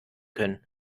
können